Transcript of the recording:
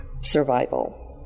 survival